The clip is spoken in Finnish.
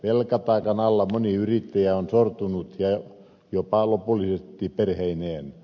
velkataakan alla moni yrittäjä on sortunut jopa lopullisesti perheineen